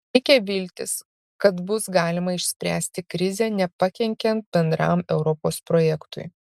reikia viltis kad bus galima išspręsti krizę nepakenkiant bendram europos projektui